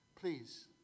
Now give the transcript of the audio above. please